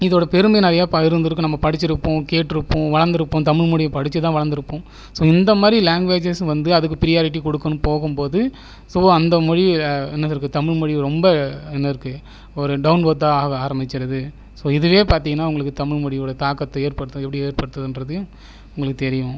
இதோடய பெருமையை நான் ஏன் பகிர்ந்துருக்கோம் நம்ம படிச்சுருப்போம் கேட்டிருப்போம் வளர்ந்திருப்போம் தமிழ்மொழியை படிச்சிதான் வளர்ந்திருக்கோம் ஸோ இந்த மாதிரி லேங்குவேஜஸ் வந்து அதுக்கு ப்ரியாரிட்டி கொடுக்கணும் போகும்போது ஸோ அந்த மொழி என்ன இருக்குது தமிழ்மொழி ரொம்ப என்ன இருக்குது ஒரு டவுன் வொர்த்தாக ஆக ஆரம்பிச்சுடுது ஸோ இதுவே பார்த்தீங்கனா உங்களுக்கு தமிழ்மொழியோடய தாக்கத்தை ஏற்படுத்துது எப்படி ஏற்படுத்துதுங்றதயும் உங்களுக்குத் தெரியும்